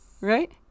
Right